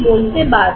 বলতে বাধ্য